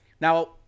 Now